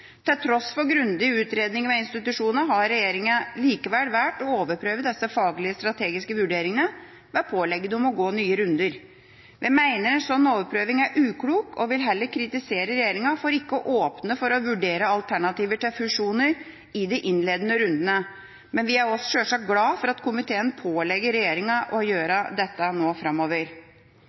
Til tross for grundige utredninger ved institusjonene har regjeringa likevel valgt å overprøve disse faglige og strategiske vurderingene ved å pålegge dem å gå nye runder. Vi mener en slik overprøving er uklok og vil heller kritisere regjeringa for ikke å åpne for å vurdere alternativer til fusjoner i de innledende rundene, men vi er sjølsagt glade for at komiteen pålegger regjeringa å gjøre dette nå framover.